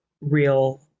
real